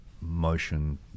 motion